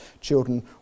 children